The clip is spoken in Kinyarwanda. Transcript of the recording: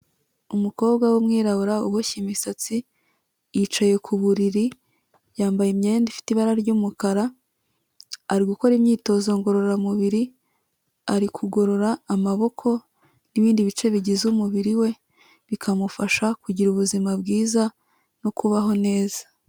Umukobwa w'umwirabura uboshye imisatsi, yicaye ku buriri yambaye imyenda ifite ibara ry'umukara, ari gukora imyitozo ngororamubiri ari kugorora amaboko n'ibindi bice bigize umubiri we, bikamufasha kugira ubuzima bwiza no kubaho neza.